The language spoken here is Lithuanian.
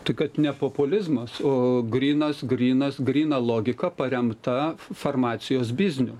tai kad ne populizmas o grynas grynas gryna logika paremta farmacijos bizniu